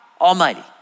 almighty